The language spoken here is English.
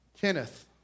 Kenneth